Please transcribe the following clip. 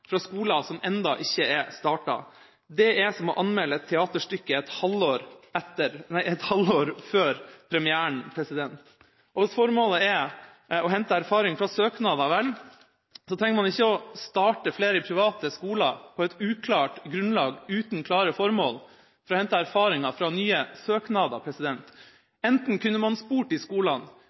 fra skoler som ennå ikke er startet. Det er som å anmelde et teaterstykke et halvår før premieren. Hvis formålet er å hente erfaring fra søknader, trenger man ikke å starte flere private skoler på et uklart grunnlag, uten klare formål, for å hente erfaringer fra nye søknader. Enten kunne man spurt i